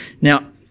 Now